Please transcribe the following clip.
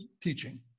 teaching